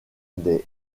des